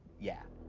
yeah.